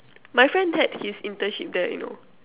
my friend had his internship there you know